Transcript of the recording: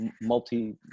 multi